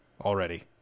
already